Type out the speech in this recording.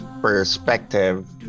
perspective